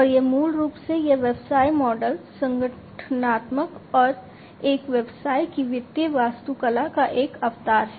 और यह मूल रूप से यह व्यवसाय मॉडल संगठनात्मक और एक व्यवसाय की वित्तीय वास्तुकला का एक अवतार है